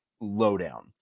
lowdown